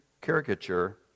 caricature